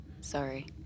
Sorry